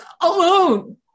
alone